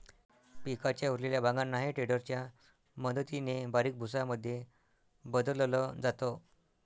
पिकाच्या उरलेल्या भागांना हे टेडर च्या मदतीने बारीक भुसा मध्ये बदलल जात